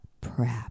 prep